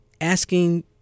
asking